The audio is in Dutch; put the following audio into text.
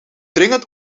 dringend